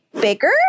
bigger